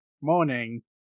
morning